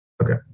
Okay